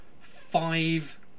five